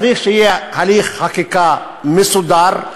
צריך שיהיה הליך חקיקה מסודר,